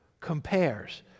compares